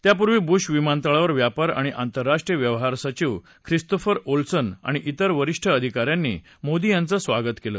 त्यापूर्वी बुश विमानतळावर व्यापार आणि आंतरराष्ट्रीय व्यवहार सचिव ख्रिस्तोफर ओल्सन आणि डेर वरीष्ठ अधिका यांनी मोदी यांचं स्वागत केलं